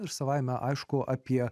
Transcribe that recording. ir savaime aišku apie